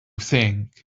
think